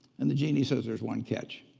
and the genie says, there's one catch.